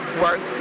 work